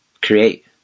create